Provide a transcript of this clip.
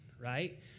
right